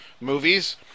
movies